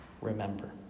remember